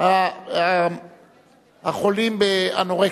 החולים באנורקסיה.